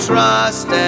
trust